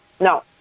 no